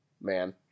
man